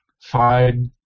Fine